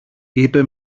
είπε